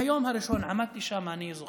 מהיום הראשון עמדתי שם, אני זוכר,